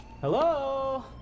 Hello